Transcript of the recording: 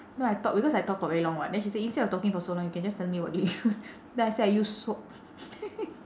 no I talk because I talk for very long [what] then she say instead of talking for so long you can just tell me what you use then I say I use soap